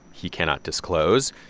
he cannot disclose.